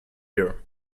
here